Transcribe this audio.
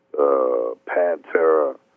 Pantera